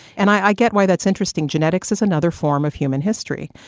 and i get why that's interesting. genetics is another form of human history.